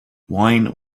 wine